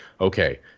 okay